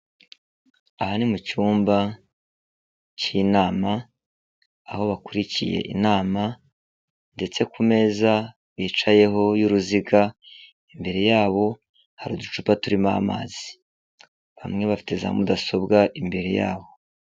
Aha ni mu cyumba cy'inama, aho bakurikiye inama ndetse ku meza bicayeho y'uruziga, imbere yabo hari uducupa turimo amazi. Bamwe bafite za mudasobwa imbere yabo.